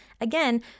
Again